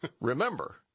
Remember